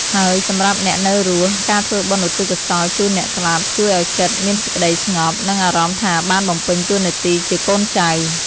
ហើយ សម្រាប់អ្នកនៅរស់ ការធ្វើបុណ្យឧទ្ទិសកុសលជូនអ្នកស្លាប់ ជួយឲ្យចិត្តមានសេចក្តីស្ងប់ និងអារម្មណ៍ថាបានបំពេញតួនាទីជាកូនចៅ។